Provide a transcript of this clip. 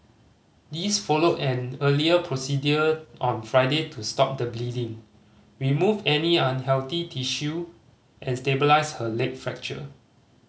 this followed an earlier procedure on Friday to stop the bleeding remove any unhealthy tissue and stabilise her leg fracture